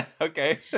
okay